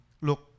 Look